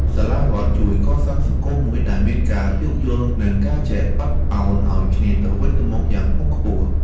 សាលារដ្ឋជួយកសាងសង្គមមួយដែលមានការយោគយល់និងការចេះអត់ឱនឱ្យគ្នាទៅវិញទៅមកយ៉ាងខ្ពង់ខ្ពស់។